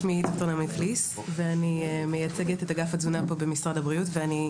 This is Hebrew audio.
שמי דוקטור נעמי פליס ואני מייצגת את אגף התזונה במשרד הבריאות ואני,